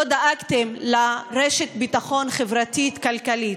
לא דאגתם לרשת ביטחון חברתית-כלכלית,